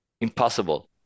impossible